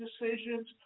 decisions